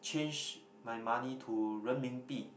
change my money to Renminbi